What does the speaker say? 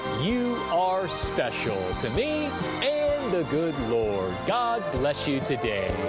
you are special to me and the good lord! god bless you today!